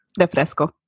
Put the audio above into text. refresco